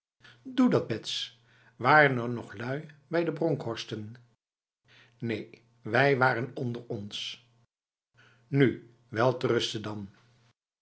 doe dat bets waren er nog lui bij de bronkhorsten neen wij waren onder ons nu welterusten dan